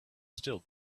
still